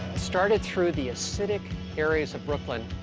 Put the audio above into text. started through the hasidic areas of brooklyn,